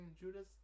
Judas